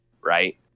right